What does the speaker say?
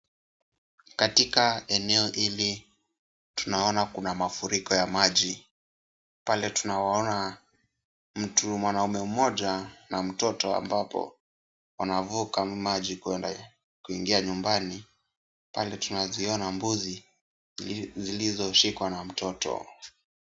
Katika eneo hili tunaona kuna mafuriko ya maji. Pale tunawaona mtu, mwanaume mmoja na mtoto ambapo wanavuka maji kwenda kuingi nyumbani. Pale tunaziona mbuzi zilizoshikwa na mtoto.